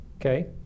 Okay